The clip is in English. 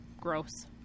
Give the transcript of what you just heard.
gross